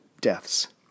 deaths